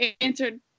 answered